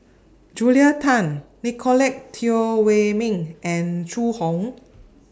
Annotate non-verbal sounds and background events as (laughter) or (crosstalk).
Julia Tan Nicolette Teo Wei Min and Zhu Hong (noise)